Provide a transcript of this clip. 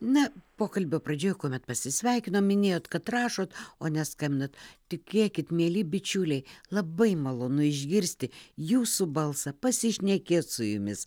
na pokalbio pradžioje kuomet pasisveikinom minėjot kad rašot o ne skambinat tikėkit mieli bičiuliai labai malonu išgirsti jūsų balsą pasišnekėt su jumis